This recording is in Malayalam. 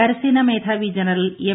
കരസേനാ മേധാവി ജനറൽ എം